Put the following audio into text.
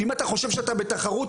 כי אם אתה חושב שאתה בתחרות,